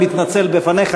אני מתנצל בפניך,